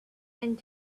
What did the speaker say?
and